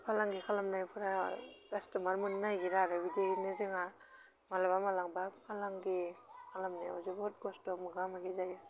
फालांगि खालामनायफोरा कास्त'मार मोननो नागिरा आरो बिदिनो जोंहा मालाबा मालाबा फालांगि खालामनायाव जोबोद खस्थ' मोगा मोगि जायो